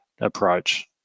approach